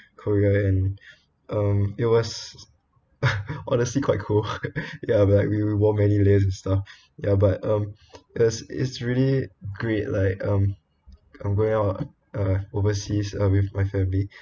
korea and um it was honestly quite cool ya but like we wore many layers and stuff ya but um that's it's really great like um away or uh overseas uh with my family